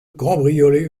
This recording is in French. cambrioler